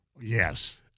Yes